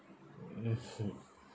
mm